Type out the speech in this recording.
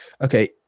Okay